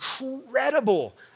incredible